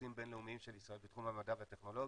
יחסים בינלאומיים של ישראל בתחום המדע והטכנולוגיה